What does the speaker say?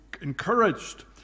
encouraged